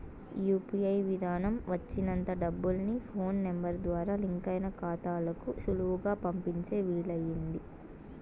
UPI విదానం వచ్చినంత డబ్బుల్ని ఫోన్ నెంబరు ద్వారా లింకయిన కాతాలకు సులువుగా పంపించే వీలయింది